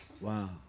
Wow